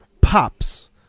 Pops